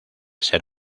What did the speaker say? ser